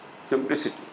simplicity